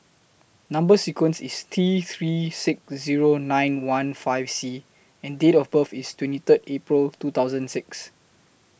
Number sequence IS T three six Zero nine one five C and Date of birth IS twenty three April two thousand six